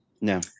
No